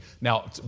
now